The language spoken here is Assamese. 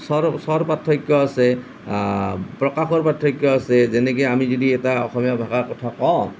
স্বৰ স্বৰ পাৰ্থক্য আছে প্ৰকাশৰ পাৰ্থক্য আছে যেনেকে আমি যদি এটা অসমীয়া ভাষা কথা কওঁ